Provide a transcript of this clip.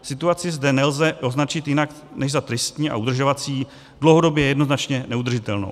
Situaci zde nelze označit jinak než za tristní a udržovací, dlouhodobě jednoznačně neudržitelnou.